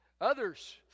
Others